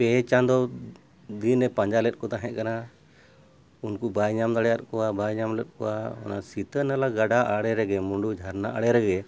ᱯᱮ ᱪᱟᱸᱫᱚ ᱫᱤᱱᱮ ᱯᱟᱸᱡᱟ ᱞᱮᱫ ᱠᱚ ᱛᱟᱦᱮᱸ ᱠᱟᱱᱟ ᱩᱱᱠᱩ ᱵᱟᱭ ᱧᱟᱢ ᱫᱟᱲᱮᱭᱟᱫ ᱠᱚᱣᱟ ᱵᱟᱭ ᱧᱟᱢ ᱞᱮᱫ ᱠᱚᱣᱟ ᱚᱱᱟ ᱥᱤᱛᱟᱹ ᱱᱟᱞᱟ ᱜᱟᱰᱟ ᱟᱲᱮ ᱨᱮᱜᱮ ᱢᱩᱰᱩ ᱡᱷᱟᱨᱱᱟ ᱟᱲᱮ ᱨᱮᱜᱮ